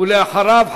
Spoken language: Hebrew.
ואחריו,